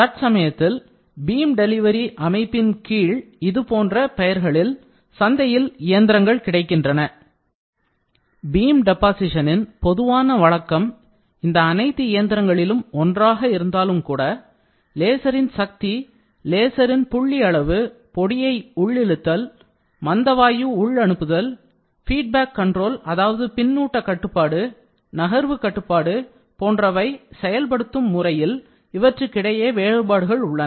தற்சமயத்தில் beam delivery அமைப்பின் கீழ் இதுபோன்ற பெயர்களில் சந்தையில் இயந்திரங்கள் கிடைக்கின்றன பீம் டெப்பாசீஷனின் பொதுவான வழக்கம் இந்த அனைத்து இயந்திரங்களும் ஒன்றாக இருந்தால்கூட லேசரின் சக்தி லேசரின் புள்ளி அளவு பொடியை உள்ளிழுத்தல் மந்தவாயு உள்அனுப்புதல் ஃபீட்பேக் கண்ட்ரோல் அதாவது பின்னூட்ட கட்டுப்பாடு நகர்வு கட்டுப்பாடு போன்றவற்றை செயல்படுத்தும் முறையில் இவற்றுக்கிடையே வேறுபாடுகள் உள்ளன